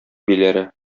биләре